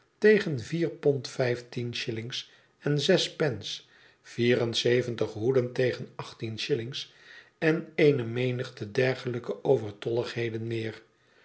tegen vier pond vijftien shillings en zes pence vier en zeventig hoeden tegen achttien shillings en eene menigte dergelijke overtolligheden meer